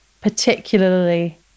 particularly